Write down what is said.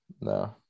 No